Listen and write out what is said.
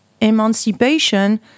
emancipation